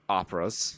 operas